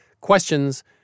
questions